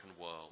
world